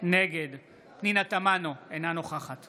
נגד פנינה תמנו, אינה נוכחת